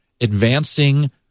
advancing